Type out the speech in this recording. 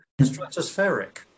stratospheric